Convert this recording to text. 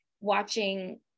watching